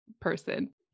person